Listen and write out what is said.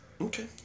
Okay